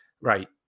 Right